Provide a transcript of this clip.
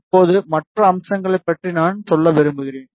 இப்போது மற்ற அம்சங்களைப் பற்றி நான் சொல்ல விரும்புகிறேன்